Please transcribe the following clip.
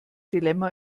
dilemma